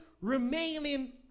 remaining